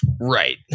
right